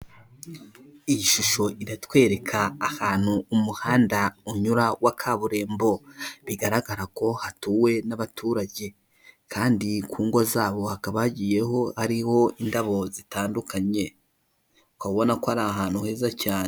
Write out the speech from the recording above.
Iyi shusho iratwereka ahantu umuhanda unyura wa kaburimbo bigaragara ko hatuwe n'abaturage, kandi ku ngo zabo hakaba hagiyeho hariho indabo zitandukanye, ukaba ubona ko ari ahantu heza cyane.